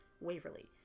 Waverly